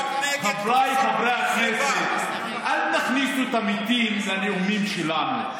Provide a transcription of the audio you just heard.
חבריי חברי הכנסת: אל תכניסו את המתים לנאומים שלנו.